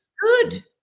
Good